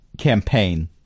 campaign